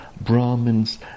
Brahmins